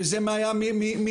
ואם זה היה מאנגליה,